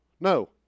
no